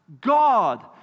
God